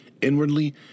Inwardly